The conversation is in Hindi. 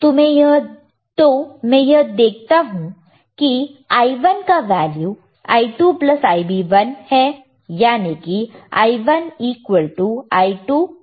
तुम्हें यह देखता हूं कि I1 का वैल्यू I2Ib1 है याने की I1I2Ib1 है